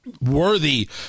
Worthy